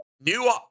new